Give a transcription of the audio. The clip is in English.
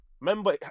remember